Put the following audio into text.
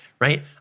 right